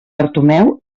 bartomeu